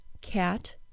cat